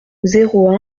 zéro